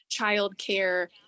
childcare